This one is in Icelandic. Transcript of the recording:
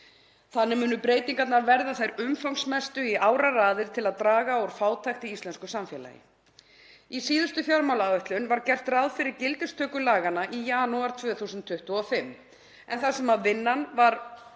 Þannig munu breytingarnar verða þær umfangsmestu í áraraðir til að draga úr fátækt í íslensku samfélagi. Í síðustu fjármálaáætlun var gert ráð fyrir gildistöku laganna í janúar 2025 en þar sem vinnan var